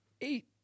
Eight